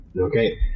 Okay